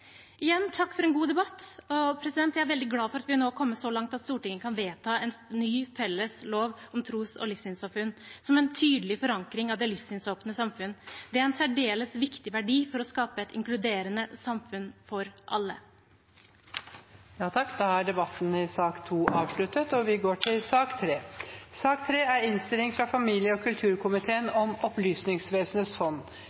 igjen takke for en god debatt. Jeg er veldig glad for at vi nå har kommet så langt at Stortinget kan vedta en ny, felles lov om tros- og livssynssamfunn som en tydelig forankring av det livsynsåpne samfunn. Det er en særdeles viktig verdi for å skape et inkluderende samfunn for alle. Flere har ikke bedt om ordet til sak nr. 2. Etter ønske fra familie- og kulturkomiteen vil presidenten ordne debatten slik: 3 minutter til hver partigruppe og